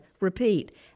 Repeat